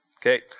Okay